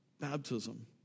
Baptism